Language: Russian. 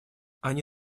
они